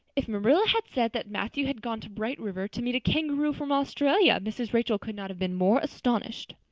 if marilla had said that matthew had gone to bright river to meet a kangaroo from australia mrs. rachel could not have been more astonished.